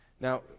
Now